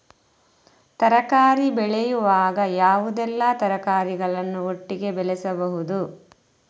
ತರಕಾರಿ ಬೆಳೆಯುವಾಗ ಯಾವುದೆಲ್ಲ ತರಕಾರಿಗಳನ್ನು ಒಟ್ಟಿಗೆ ಬೆಳೆಸಬಹುದು?